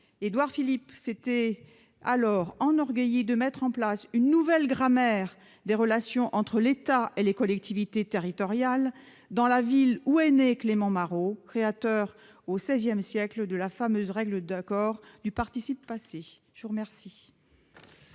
Édouard Philippe s'était alors enorgueilli de mettre en place une nouvelle « grammaire » des relations entre l'État et les collectivités territoriales dans la ville natale de Clément Marot, créateur, au XVI siècle, de la fameuse règle de l'accord du participe passé. La parole